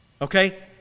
Okay